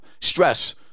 Stress